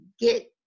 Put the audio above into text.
get